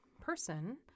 person